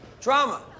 Drama